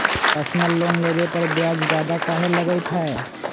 Personal loan लेबे पर ब्याज ज्यादा काहे लागईत है?